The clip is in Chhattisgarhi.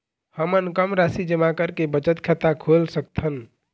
हमन कम राशि जमा करके बचत खाता खोल सकथन?